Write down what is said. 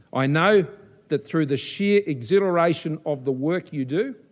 i know that through the sheer exhilaration of the work you do,